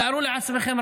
תארו לעצמכם,